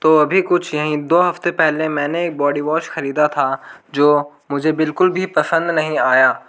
तो अभी कुछ नहीं दो हफ़्ते पहले मैंने एक बॉडी वॉश ख़रीदा था जो मुझे बिल्कुल भी पसंद नहीं आया